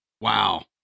Wow